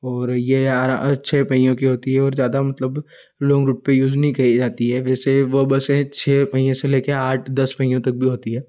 और यह आ रा छः पहियों की होती हैं और ज़्यादा मतलब लॉन्ग रूट पर यूज नहीं करी जाती हैं वो बसें छः पहियों से ले कर आठ दस पहियों तक की भी होती हैं